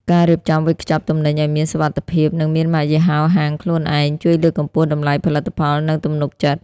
ការរៀបចំវេចខ្ចប់ទំនិញឱ្យមានសុវត្ថិភាព និងមានម៉ាកយីហោហាងខ្លួនឯង ជួយលើកកម្ពស់តម្លៃផលិតផល និងទំនុកចិត្ត។